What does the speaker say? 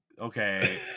Okay